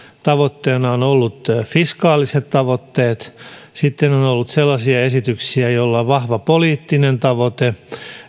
tavoitteena ovat olleet fiskaaliset tavoitteet sitten on on ollut sellaisia esityksiä joilla on vahva poliittinen tavoite